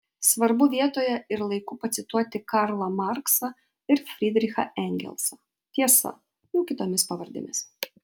svarbu vietoje ir laiku pacituoti karlą marksą ir frydrichą engelsą tiesa jau kitomis pavardėmis